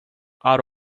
out